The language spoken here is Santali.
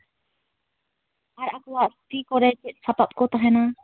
ᱟᱨ ᱟᱠᱚᱣᱟᱜ ᱛᱤ ᱠᱚᱨᱮ ᱪᱮᱫ ᱥᱟᱯᱟᱵᱽ ᱠᱚ ᱛᱟᱦᱮᱱᱟ